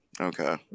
okay